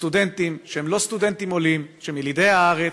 סטודנטים שהם לא סטודנטים עולים, שהם ילידי הארץ,